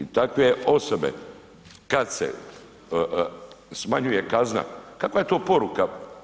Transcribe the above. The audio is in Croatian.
I takve osobe kada se smanjuje kazna kakva je to poruka?